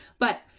but,